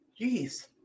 Jeez